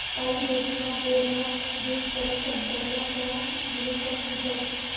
काही देशमा, बोर ना ज्यूस करिसन त्याना चहा म्हणीसन पितसं